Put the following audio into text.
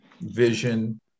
vision